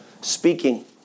speaking